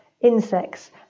insects